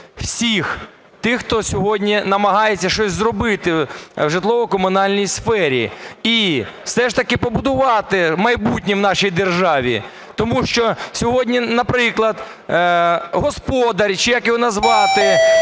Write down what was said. всіх тих, хто сьогодні намагається щось зробити в житлово-комунальній сфері і все ж таки побудувати майбутнє в нашій державі. Тому що сьогодні, наприклад, господар, чи як його назвати,